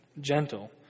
gentle